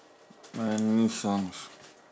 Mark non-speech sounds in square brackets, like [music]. [noise] which songs